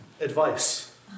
advice